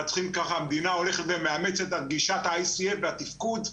המדינה מאמצת את גישת התיפקוד.